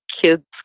kids